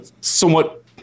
Somewhat